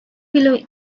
below